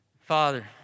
Father